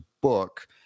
book